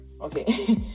okay